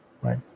right